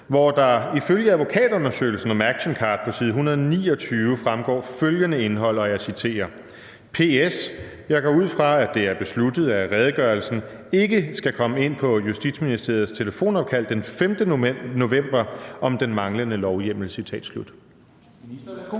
hvor der ifølge advokatundersøgelsen om actioncard på side 129 fremgår følgende indhold: »Ps. Jeg går ud fra, at det er besluttet, at redegørelsen ikke skal komme ind på Justitsministeriets telefonopkald den 5. november om den manglende lovhjemmel.«? Skriftlig